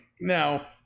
Now